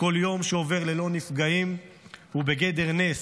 כל יום שעובר ללא נפגעים הוא בגדר נס,